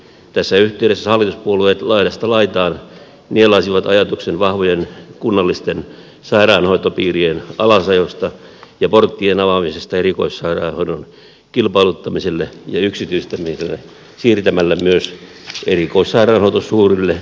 tässä yhteydessä hallituspuolueet laidasta laitaan nielaisivat ajatuksen vahvojen kunnallisten sairaanhoitopiirien alasajosta ja porttien avaamisesta erikoissairaanhoidon kilpailuttamiselle ja yksityistämiselle siirtämällä myös erikoissairaanhoito suurille kokoomusjohtoisille kaupungeille